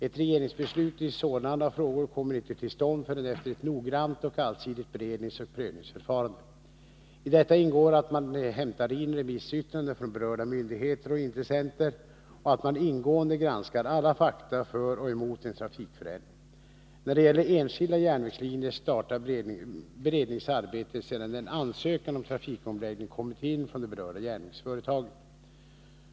Ett regeringsbeslut i sådana frågor kommer inte till stånd förrän efter ett noggrant och allsidigt beredningsoch prövningsförfarande. I detta ingår att man hämtar in remissyttranden från berörda myndigheter och intressenter samt att man ingående granskar alla fakta för och emot en trafikförändring. När det gäller enskilda järnvägslinjer startar beredningsarbetet sedan en ansökan om trafikomläggning kommit in från det berörda järnvägsföretaget.